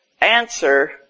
answer